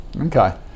Okay